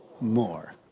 More